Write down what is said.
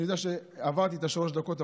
אני יודע שעברתי את שלוש הדקות,